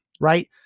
right